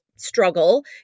Struggle